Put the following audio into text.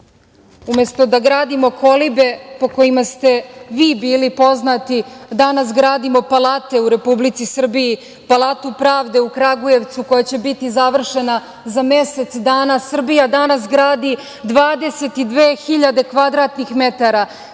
Umesto da gradimo kolibe po kojima ste vi bili poznati, danas gradimo palate u Republici Srbiji, palatu pravde u Kragujevcu koja će biti završena za mesec dana. Srbija danas gradi 22.000 kvadratnih metara,